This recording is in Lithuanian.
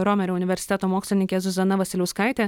romerio universiteto mokslininkė zuzana vasiliauskaitė